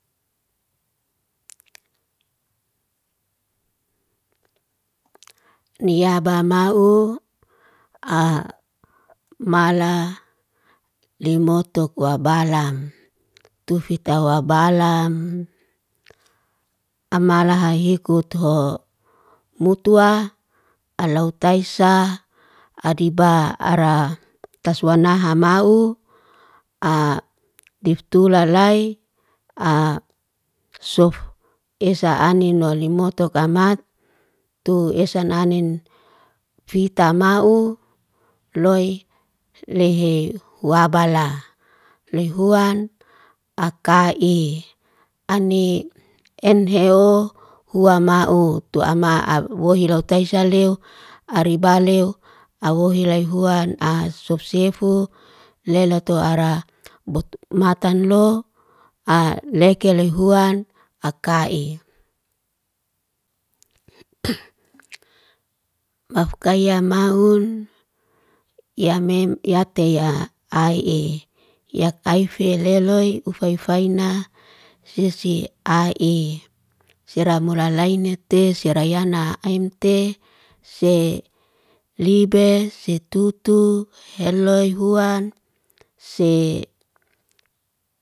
Niabha ma'u amala limotuk wabalam, tu fita wabalam. Amalahai hikutho mutuah, alautaisah, adiba ara taswanaha ma'u, adiftula lay, asof esa anin wolimotuk kamat tu esa anin fita ma'u. Loy lehe wabala, lehuan akai, ani enheo huwa ma'u, tu ama abwohilou teiseleu aribaleuw, auwohi loy huan a sofsifu leloto ara botmatanlo, aleke lehuan akai. mafkayamaun yame yate ya ae'i. Yak aifele loy ufafaina sisi ae'i. Sira mura lainete, sira yana ainte, se libe, se tutu, heloy huwan se.